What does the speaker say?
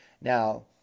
Now